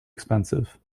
expensive